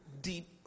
deep